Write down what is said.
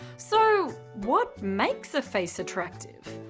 so what makes a face attractive?